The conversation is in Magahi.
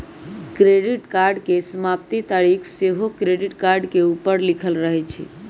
क्रेडिट कार्ड के समाप्ति तारिख सेहो क्रेडिट कार्ड के ऊपर लिखल रहइ छइ